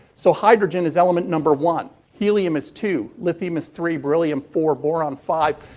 so, hydrogen is element number one. helium is two. lithium is three. beryllium, four. boron, five.